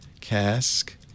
cask